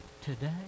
today